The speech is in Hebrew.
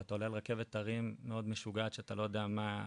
ואתה עולה על רכבת הרים מאד משוגעת שאף